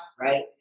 right